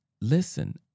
listen